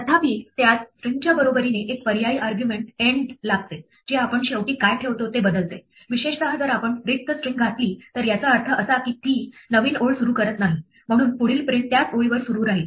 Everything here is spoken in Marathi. तथापि त्यास स्ट्रिंगच्या बरोबरीने एक पर्यायी आर्ग्युमेंट end लागते जे आपण शेवटी काय ठेवतो ते बदलते विशेषतः जर आपण रिक्त स्ट्रिंग घातली तर याचा अर्थ असा की ती नवीन ओळ सुरू करत नाही म्हणून पुढील प्रिंट त्याच ओळीवर सुरू राहील